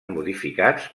modificats